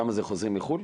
כמה זה חוזרים מחו"ל?